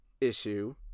issue